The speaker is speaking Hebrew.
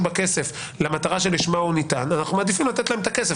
בכסף למטרה שלשמה הוא ניתן אנחנו מעדיפים לתת להם את הכסף,